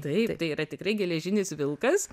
taip tai yra tikrai geležinis vilkas